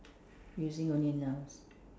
using only nouns